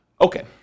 Okay